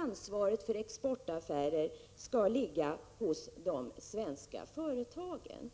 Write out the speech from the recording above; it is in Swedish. Ansvaret för en exportaffär kommer enligt förslaget att ligga hos ett svenskt företag eller staten.”